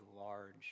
large